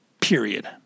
period